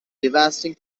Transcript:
devastating